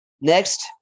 Next